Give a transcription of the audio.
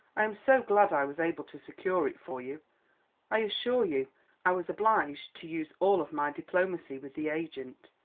i am so glad i was able to secure it for you i assure you i was obliged to use all of my diplomacy with the agent.